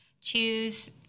choose